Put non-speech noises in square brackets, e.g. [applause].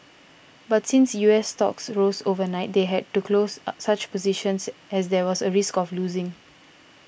but since U S stocks rose overnight they had to close [hesitation] such positions as there was a risk of losing